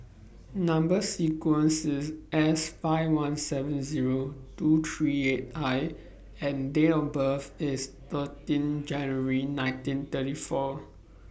Number sequence IS S five one seven Zero two three eight I and Date of birth IS thirteen January nineteen thirty four